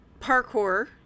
parkour